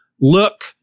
look